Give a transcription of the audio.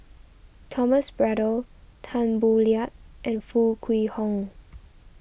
Thomas Braddell Tan Boo Liat and Foo Kwee Horng